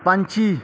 ਪੰਛੀ